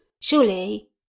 surely